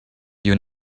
you